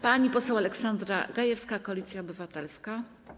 Pani poseł Aleksandra Gajewska, Koalicja Obywatelska.